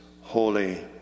holy